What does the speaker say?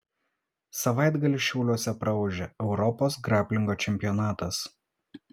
savaitgalį šiauliuose praūžė europos graplingo čempionatas